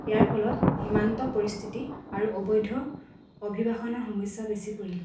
ইয়াৰ ফলত সীমান্ত পৰিস্থিতি আৰু অৱৈধ্য অভিবাসনৰ সমস্যা বেছি পৰি